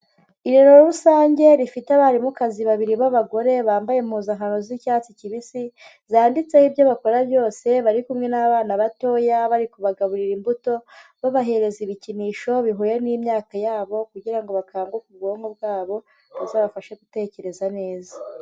Irerero rusange rifite abarimukazi babiri b'abagore bambaye impuzankano z'icyatsi kibisi, zanditseho ibyo bakora byose bari kumwe n'abana batoya bari kubagaburira imbuto, babahereza ibikinisho bihuye n'imyaka yabo, kugira ngo bakanguke ubwonko bwabo, buzabafashe gutekereza neza.